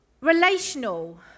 Relational